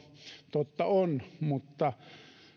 totta se on mutta